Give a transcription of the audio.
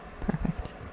perfect